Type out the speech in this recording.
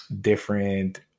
different